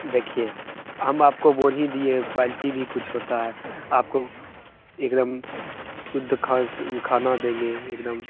देखिए हम आपको बोल ही दिए है क्वैलिटी भी कुछ होता है आपको एकदम शुद्ध खस खाना देंगे एकदम